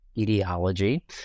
ideology